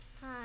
Hi